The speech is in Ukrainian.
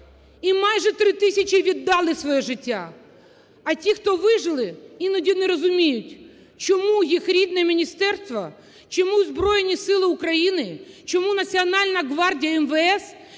(і майже три тисячі віддали своє життя), а ті, хто вижили, іноді не розуміють, чому їх рідне міністерство, чому Збройні Сили України, чому Національна Гвардія і МВС,